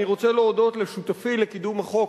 אני רוצה להודות לשותפי לקידום החוק,